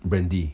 brandy